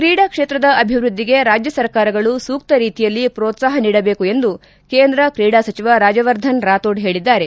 ಕ್ರೀಡಾ ಕ್ಷೇತ್ರದ ಅಭಿವೃದ್ದಿಗೆ ರಾಜ್ಯ ಸರ್ಕಾರಗಳು ಸೂಕ್ತ ರೀತಿಯಲ್ಲಿ ಪ್ರೋತ್ಸಾಪ ನೀಡಬೇಕು ಎಂದು ಕೇಂದ್ರ ಕ್ರೀಡಾ ಸಚಿವ ರಾಜ್ಯವರ್ಧನ್ ರಾಥೋಡ್ ಹೇಳಿದ್ದಾರೆ